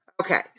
Okay